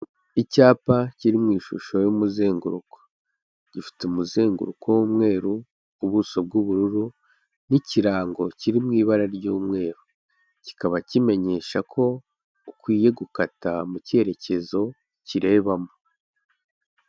Icyapa kiri mu ishusho y'umuzenguruko. Gifite umuzenguruko w'umweru, ubuso bw'ubururu, n'ikirango kiri mu ibara ry'umweru. Kikaba kimenyesha ko ukwiye gukata mu cyerekezo kirebamo.